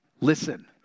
Listen